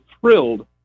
thrilled